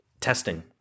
Testing